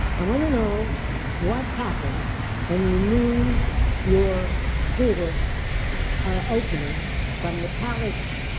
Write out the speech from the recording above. i want to know what happened when you moved your theatre ah yeah ah opening from the palace,